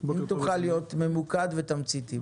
אם תוכל להיות ממוקד ותמציתי.